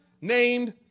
named